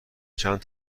چند